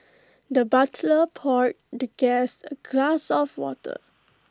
the butler poured the guest A glass of water